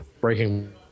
breaking